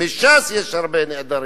מש"ס הרבה נעדרים,